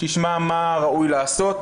שתשמע מה ראוי לעשות.